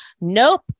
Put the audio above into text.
nope